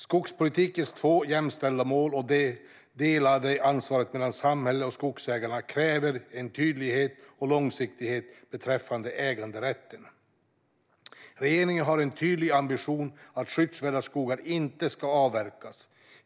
Skogspolitikens två jämställda mål och det delade ansvaret mellan samhället och skogsägarna kräver tydlighet och långsiktighet beträffande äganderätten. Regeringen har en tydlig ambition att skyddsvärda skogar inte ska avverkas.